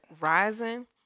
rising